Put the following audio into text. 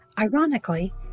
Ironically